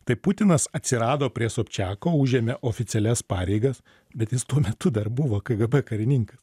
tai putinas atsirado prie sobčiako užėmė oficialias pareigas bet jis tuo metu dar buvo kgb karininkas